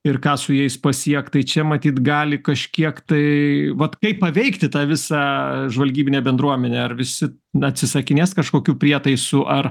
ir ką su jais pasiekt tai čia matyt gali kažkiek tai vat kaip paveikti tą visą žvalgybinę bendruomenę ar visi atsisakinės kažkokių prietaisų ar